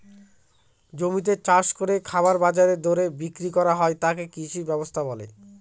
জমিতে চাষ করে খাবার বাজার দরে বিক্রি করা হয় তাকে কৃষি ব্যবস্থা বলে